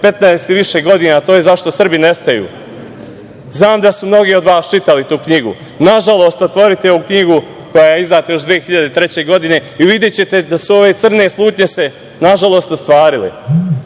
15 i više godina, a to je – „Zašto Srbi nestaju“? Znam da su mnogi od vas čitali tu knjigu. Nažalost, otvorite ovu knjigu koja je izdata još 2003. godine i videćete da su se ove crne slutnje nažalost ostvarile.Međutim,